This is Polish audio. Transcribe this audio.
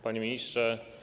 Panie Ministrze!